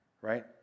right